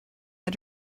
had